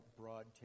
broad